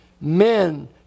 Men